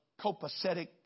copacetic